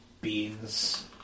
beans